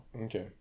Okay